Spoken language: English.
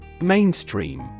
Mainstream